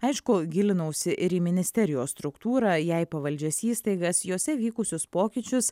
aišku gilinausi ir į ministerijos struktūrą jai pavaldžias įstaigas jose vykusius pokyčius